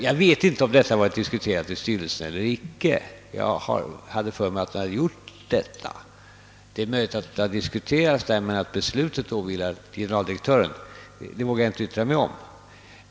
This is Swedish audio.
Jag vet inte om detta varit diskuterat i styrelsen eller icke. Jag hade för mig att så var fallet. Det är möjligt att det har diskuterats där men att beslutet åvilat generaldirektören, men det vågar jag inte yttra mig om.